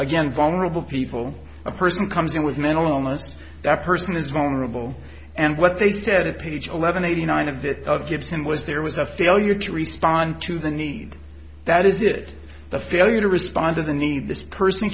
again vulnerable people a person comes in with mental illness that person is vulnerable and what they said at page eleven eighty nine of the gibson was there was a failure to respond to the need that is it the failure to respond to the need this person